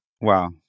wow